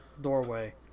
doorway